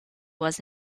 was